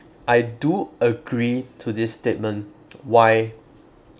I do agree to this statement why